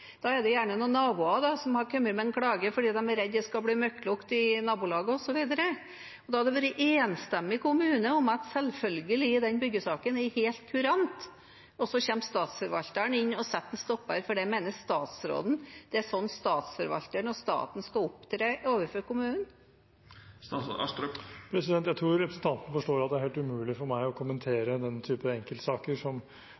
Da er det gjerne noen naboer som har kommet med en klage fordi de er redd det skal bli møkklukt i nabolaget, osv. Da hadde det vært enstemmig i kommunen at den byggesaken selvfølgelig er helt kurant, og så kommer Statsforvalteren inn og setter en stopper for det. Mener statsråden det er slik Statsforvalteren og staten skal opptre overfor kommunen? Jeg tror representanten forstår at det er helt umulig for meg å